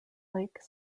lake